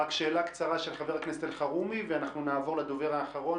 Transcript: רק שאלה קצרה של חבר הכנסת אלחרומי ואנחנו נעבור לדובר האחרון.